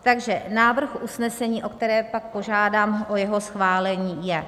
Takže návrh usnesení, o které pak požádám o jeho schválení, je: